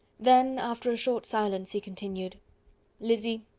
then after a short silence he continued lizzy,